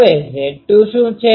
હવે Z2 શું છે